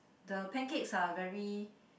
the pancakes are very